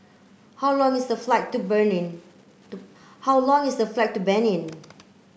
how long is the flight to Benin how long is the flight to Benin